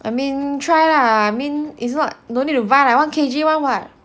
I mean try lah I mean it's not no need to buy like one K_G [one] [what]